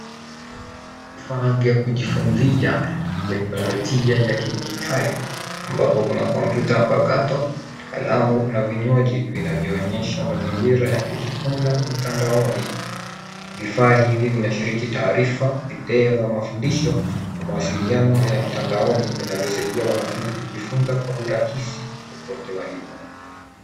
Vifaa vya kujifunzia. Teknolojia ya kidijitali, ambapo kuna kompyuta mpakato, kalamu, na vinywaji vinavyoonyesha mazingira ya kujifunza mtandaoni. Vifaa hivi vinashiriki taarifa, video za mafundisho, na mawasiliano ya mtandaoni vinavyosaidia wanafunzi kujifunza kwa urahisi, popote walipo.